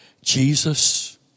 Jesus